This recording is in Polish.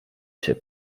się